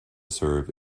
serve